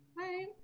Hi